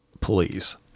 please